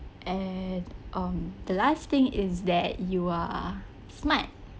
and um the last thing is that you are smart